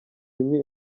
imwe